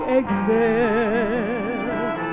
exist